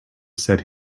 said